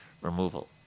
removal